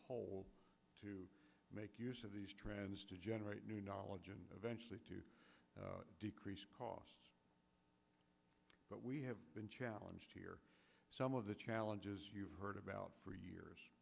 whole to make use of these trends to generate new knowledge and eventually to decrease costs but we have been challenge here some of the challenges you've heard about for years